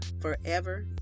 forever